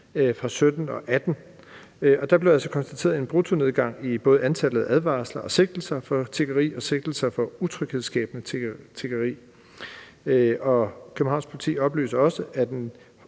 fra 2017 og 2018. Og der blev altså konstateret en bruttonedgang i antallet af både advarsler, sigtelser for tiggeri og sigtelser for utryghedsskabende tiggeri. Københavns Politi oplyser også, at en